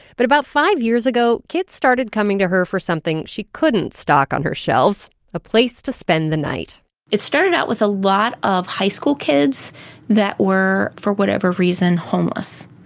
but about five years ago, kids started coming to her for something she couldn't stock on her shelves a place to spend the night it started out with a lot of high school kids that were, for whatever reason, homeless,